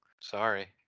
Sorry